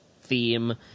theme